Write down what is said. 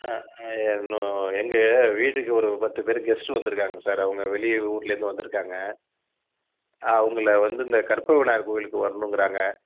ஆ இன்னும் எங்கள் வீட்டுக்கு ஒரு பத்து பேர் கெஸ்ட்டு வந்துருக்காங்க சார் அவங்க வெளிய ஊர்லருந்து வந்துயிருக்காங்க அவங்கள வந்து இந்த கற்பக விநாயகர் கோயிலுக்கு வர்ணுங்கிறாங்க